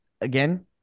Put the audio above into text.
again